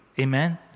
amen